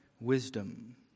Wisdom